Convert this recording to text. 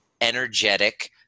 energetic